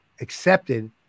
accepted